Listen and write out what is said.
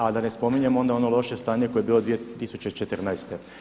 A da ne spominjem onda ono loše stanje koje je bilo 2014.